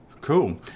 Cool